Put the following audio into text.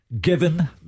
given